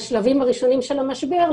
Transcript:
בשלבים הראשונים של המשבר,